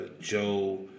Joe